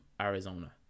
Arizona